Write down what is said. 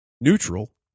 neutral